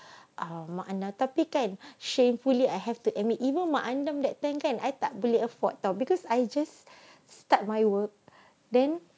um makanan tapi kan shamefully I have to admit even I dah work that time kan I tak boleh afford [tau] because I just start my work then